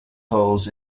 holes